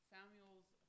Samuel's